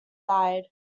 died